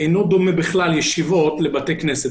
ישיבות לא דומה בכלל לבתי כנסת.